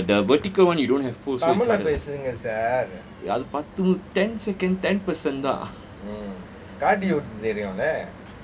but the vertical one you don't have poles ya அது பத்து:athu pathu ten second ten person தான்:thaan